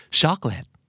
chocolate